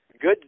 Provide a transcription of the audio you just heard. good